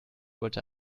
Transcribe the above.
wollte